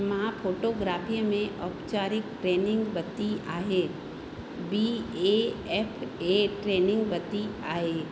मां फोटोग्राफीअ में ओपचारिक ट्रेनिंग वरिती आहे B A F A training वरिती आहे